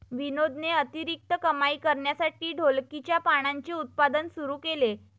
विनोदने अतिरिक्त कमाई करण्यासाठी ढोलकीच्या पानांचे उत्पादन सुरू केले